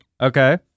Okay